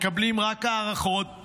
מקבלים רק הערכות,